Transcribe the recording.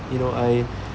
you know I